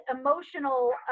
emotional